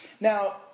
Now